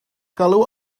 galw